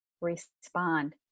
respond